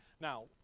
Now